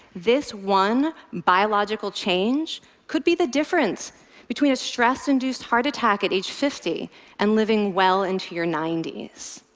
this one biological change could be the difference between a stress-induced heart attack at age fifty and living well into your ninety s.